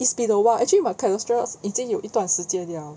it's been awhile actually my cholesterol 已经有一段时间 liao